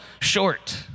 short